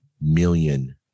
million